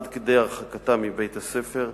עד כדי הרחקתם מבית-הספר.